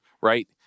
Right